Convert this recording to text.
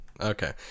Okay